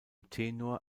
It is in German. tenor